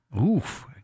Oof